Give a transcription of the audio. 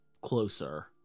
closer